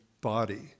body